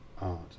art